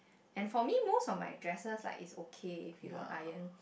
and for me most of my dresses like is okay if you don't iron